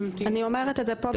אני אומרת את זה בפרוטוקול.